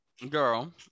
Girl